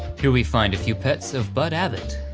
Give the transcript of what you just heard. here we find a few pets of bud abbott,